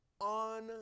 on